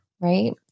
Right